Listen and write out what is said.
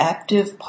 Active